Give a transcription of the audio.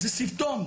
זה סימפטום.